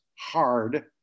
hard